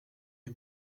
est